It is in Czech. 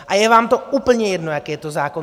A je vám to úplně jedno, jaký je to zákon!